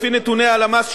לפי נתוני הלמ"ס,